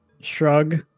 shrug